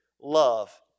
love